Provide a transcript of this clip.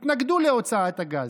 התנגדו להוצאת הגז.